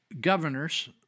governors